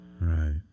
Right